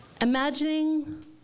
Imagining